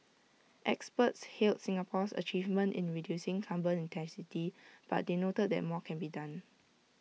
experts hailed Singapore's achievement in reducing carbon intensity but they noted that more can be done